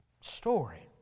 story